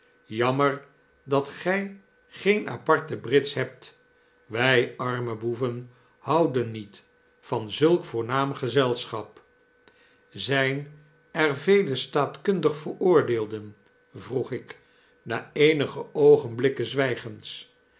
jammer dat gij geen aparte brits hebt wg arme boeven houden niet van zulk voornaam gezelschap zyn er vele staatkundig veroordeelden vroeg ik na eenige oogenblikken